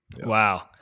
Wow